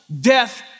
death